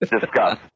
Discuss